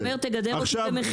הוא גם אומר תגדר אותי במחיר.